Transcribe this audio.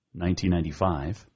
1995